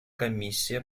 комиссия